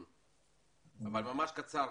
השיכון, אבל ממש קצר.